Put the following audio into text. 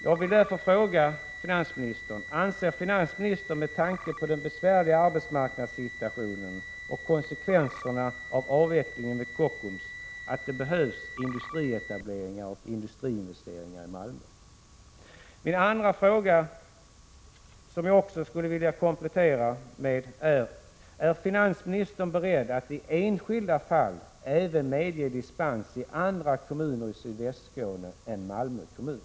Jag vill därför fråga finansministern: Anser finansministern, med tanke på den besvärliga arbetsmarknadssituationen och konsekvenserna av avvecklingen vid Kockums, att det behövs industrietableringar och industriinvesteringar i Malmö? Den andra fråga som jag skulle vilja komplettera med är: Är finansministern beredd att i enskilda fall även medge dispens i andra kommuner i Sydvästskåne än Malmö kommun?